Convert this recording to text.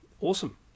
awesome